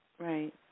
right